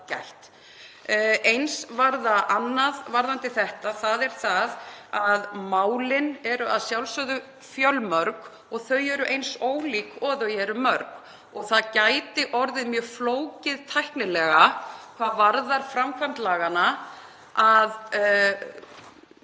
Það var annað varðandi þetta, þ.e. að málin eru að sjálfsögðu fjölmörg og þau eru eins ólík og þau eru mörg. Það gæti orðið mjög flókið tæknilega hvað varðar framkvæmd laganna að